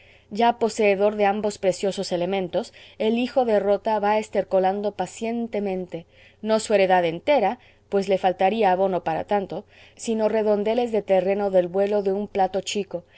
ya poseedor de ambos preciosos elementos el hijo de rota va estercolando pacientemente no su heredad entera pues le faltarla abono para tanto sino redondeles de terreno del vuelo de un plato chico